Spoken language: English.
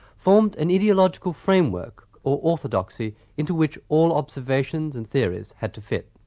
formed an ideological framework, or orthodoxy, into which all observations and theories had to fit.